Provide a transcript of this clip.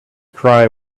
cry